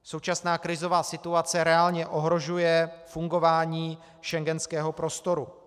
Současná krizová situace reálně ohrožuje fungování schengenského prostoru.